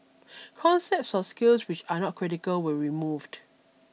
concepts or skills which are not critical were removed